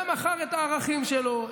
גם מכר את הערכים שלו,